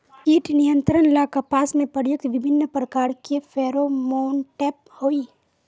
कीट नियंत्रण ला कपास में प्रयुक्त विभिन्न प्रकार के फेरोमोनटैप होई?